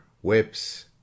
whips